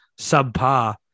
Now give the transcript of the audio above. subpar